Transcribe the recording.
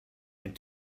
and